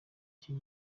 icyo